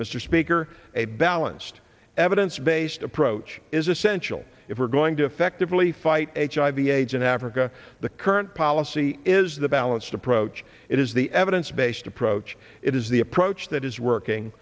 mr speaker a balanced evidence based approach is essential if we're going to effectively fight hiv aids in africa the current policy is the balanced approach it is the evidence based approach it is the approach that is working